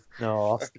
no